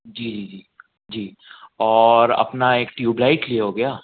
जी जी जी जी और अपना एक ट्यूब लाईट लिए हो गया